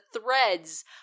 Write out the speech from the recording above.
threads